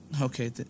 Okay